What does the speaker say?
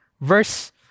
Verse